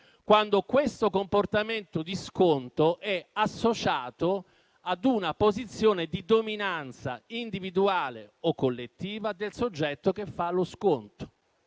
quando questo comportamento di sconto è associato ad una posizione di dominanza individuale o collettiva del soggetto che fa lo sconto.